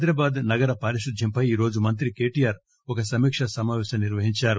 హైదరాబాద్ నగర పారిశుద్ద్యంపై ఈరోజు మంత్రి కేటీఆర్ ఒక సమీకా సమాపేశం నిర్వహించారు